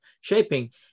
shaping